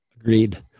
Agreed